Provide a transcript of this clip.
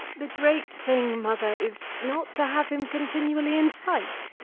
the great thing, mother, is not to have him continually in sight.